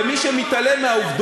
אלה העובדות, ומי שמתעלם מהעובדות,